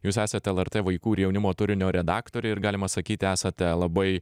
jūs esate lrt vaikų ir jaunimo turinio redaktorė ir galima sakyti esate labai